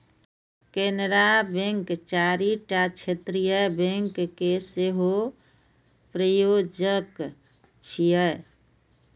Canara bank चारिटा क्षेत्रीय bank के सेहो प्रायोजक छियै